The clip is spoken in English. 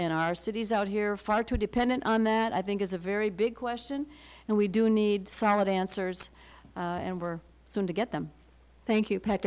in our cities out here far too dependent on that i think is a very big question and we do need solid answers and we're going to get them thank you pack